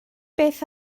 beth